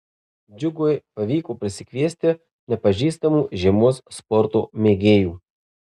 džiugui pavyko prisikviesti nepažįstamų žiemos sporto mėgėjų